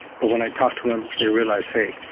but when i talked to them they realised, hey,